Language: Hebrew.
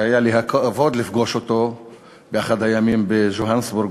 שהיה לי הכבוד לפגוש אותו באחד הימים ביוהנסבורג,